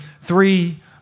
three